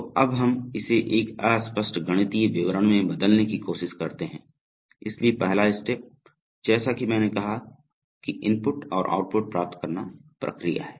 तो अब हम इसे एक अस्पष्ट गणितीय विवरण में बदलने की कोशिश करते हैं इसलिए पहला स्टेप्स जैसा कि मैंने कहा कि इनपुट और आउटपुट प्राप्त करना प्रक्रिया है